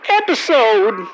episode